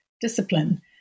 discipline